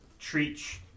Treach